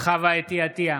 חוה אתי עטייה,